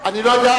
אני לא יודע,